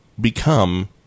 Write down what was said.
become